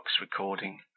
RECORDING